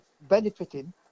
benefiting